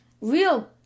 real